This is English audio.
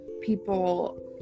people